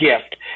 gift